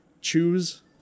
choose